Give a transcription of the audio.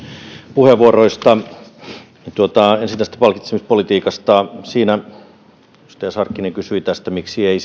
puheenvuoroista ensin tästä palkitsemispolitiikasta edustaja sarkkinen kysyi miksi ei